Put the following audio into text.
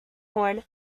horn